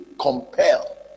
compel